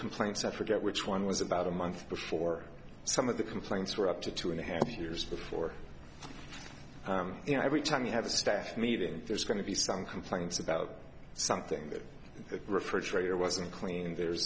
complaints i forget which one was about a month before some of the complaints were up to two and a half years before and every time you have a staff meeting there's going to be some complaints about something that the refrigerator wasn't clean the